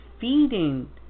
feeding